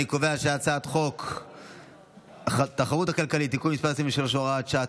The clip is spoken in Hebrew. אני קובע שהצעת חוק התחרות הכלכלית (תיקון מס' 23 והוראת שעה),